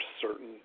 certain